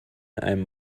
einem